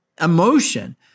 emotion